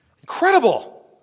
Incredible